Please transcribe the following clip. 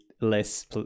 less